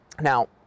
Now